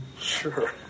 Sure